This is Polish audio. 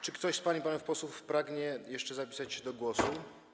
Czy ktoś z pań i panów posłów pragnie jeszcze zapisać się do głosu?